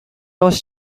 was